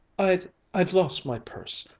i'd i'd lost my purse.